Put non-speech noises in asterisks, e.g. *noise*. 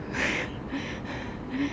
*laughs*